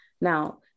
Now